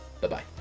bye-bye